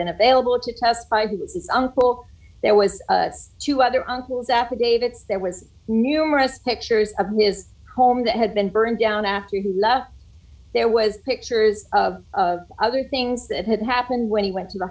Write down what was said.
been available to testify his uncle there was two other uncles affidavits there was numerous pictures of his home that had been burned down after he left there was pictures of other things that had happened when he went to the